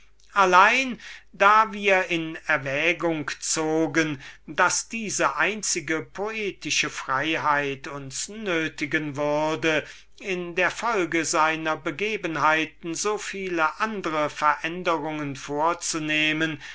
allein da wir in erwägung zogen daß diese einzige poetische freiheit uns nötigen würde in der folge seiner begebenheiten so viele andre veränderungen vorzunehmen